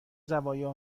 زوایا